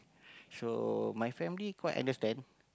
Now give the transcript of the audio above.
so my family quite understand